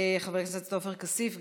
חבר הכנסת עופר כסיף,